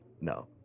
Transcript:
No